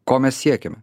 ko mes siekiam